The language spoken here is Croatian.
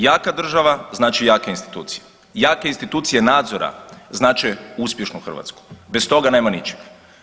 Jaka država znači jake institucije, jake institucije nadzora znače uspješnu Hrvatsku, bez toga nema ničega.